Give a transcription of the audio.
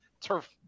turf